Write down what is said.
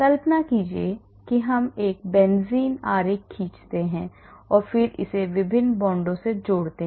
कल्पना कीजिए कि हम एक बेंजीन आरेख खींचते हैं और फिर इसे विभिन्न बांडों से जोड़ते हैं